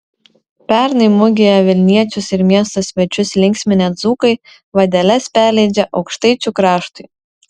pernai mugėje vilniečius ir miesto svečius linksminę dzūkai vadeles perleidžia aukštaičių kraštui